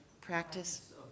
practice